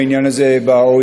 בעניין הזה ב-OECD,